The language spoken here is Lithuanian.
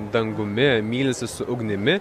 dangumi mylisi su ugnimi